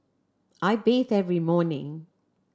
I bathe every morning